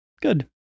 Good